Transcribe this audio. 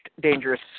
dangerous